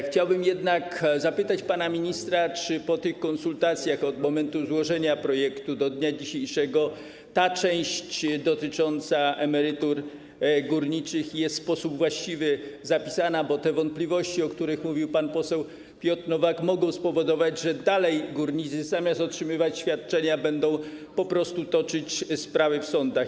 Chciałbym zapytać pana ministra, czy po tych konsultacjach od momentu złożenia projektu do dzisiaj ta część dotycząca emerytur górniczych jest w sposób właściwy zapisana, bo te wątpliwości, o których mówił pan poseł Piotr Nowak, mogą spowodować, że górnicy zamiast otrzymywać świadczenia, dalej będą toczyć sprawy w sądach.